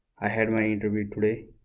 i had my interview today